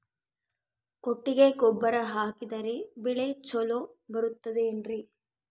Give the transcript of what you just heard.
ಕೊಟ್ಟಿಗೆ ಗೊಬ್ಬರ ಹಾಕಿದರೆ ಬೆಳೆ ಚೊಲೊ ಬರುತ್ತದೆ ಏನ್ರಿ?